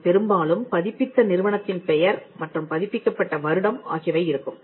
இதில் பெரும்பாலும் பதிப்பித்த நிறுவனத்தின் பெயர் மற்றும் பதிப்பிக்கப்பட்ட வருடம் ஆகியவை இருக்கும்